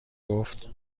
گفت